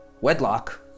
wedlock